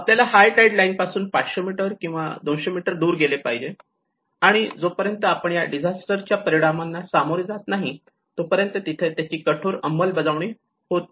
आपल्याला high tide line पासून 500 metre किंवा 200 मिटर दूर गेले पाहिजे आणि जोपर्यंत आपण या डिझास्टर च्या परिणामांना सामोरे जात नाही तोपर्यंत तिथे त्याची कठोर अंमलबजावणी होत नाही